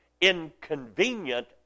inconvenient